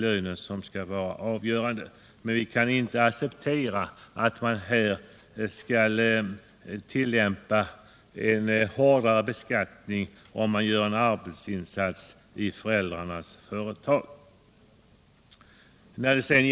Men jag kan inte acceptera att man skall tillämpa en hårdare beskattning för ungdomar som gör en insats i föräldrarnas företag än som gäller för andra.